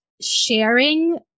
sharing